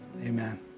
amen